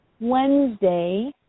Wednesday